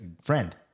friend